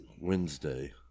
Wednesday